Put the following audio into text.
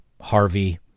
Harvey